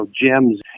gems